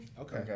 Okay